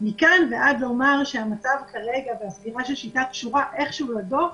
מכאן ועד לומר שהמצב כרגע והסגירה של "שיטה" קשורה איכשהו לדוח,